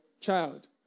child